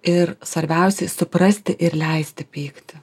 ir svarbiausia suprasti ir leisti pykti